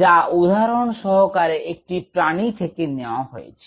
যা উদাহরন সহকারে একটি প্রানী থেকে নেওয়া হয়েছে